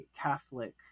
catholic